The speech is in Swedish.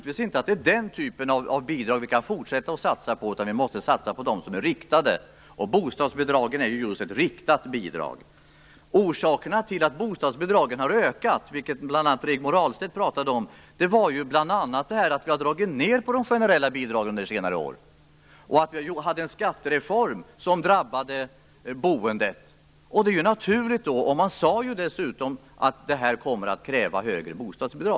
Vi måste i stället satsa på de bidrag som är riktade, och bostadsbidragen är just ett sådant. Orsakerna till att bostadsbidragen har ökat, vilket bl.a. Rigmor Ahlstedt pratade om, är bl.a. att vi har dragit ned på de generella bidragen under senare år och att vi har genomfört en skattereform som drabbade boendet. Då sade man att det skulle komma att kräva högre bostadsbidrag.